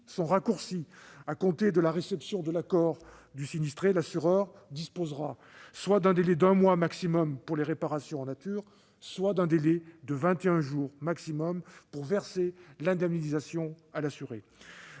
sont raccourcis. À compter de la réception de l'accord du sinistré, l'assureur disposera soit d'un délai d'un mois pour des réparations en nature, soit d'un délai de vingt et un jours pour verser une indemnisation pécuniaire